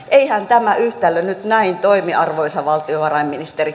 eihän tämä yhtälö nyt näin toimi arvoisa valtiovarainministeri